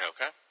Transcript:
Okay